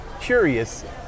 curious